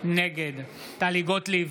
נגד טלי גוטליב,